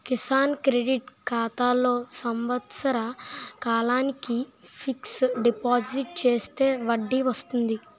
Kisan credit ఖాతాలో సంవత్సర కాలానికి ఫిక్స్ డిపాజిట్ చేస్తే వడ్డీ వస్తుంది